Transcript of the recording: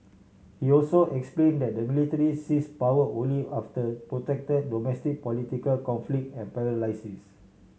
he also explained that the military seized power only after protracted domestic political conflict and paralysis